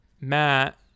Matt